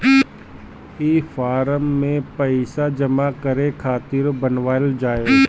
ई फारम के पइसा जमा करे खातिरो बनावल जाए